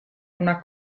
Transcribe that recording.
una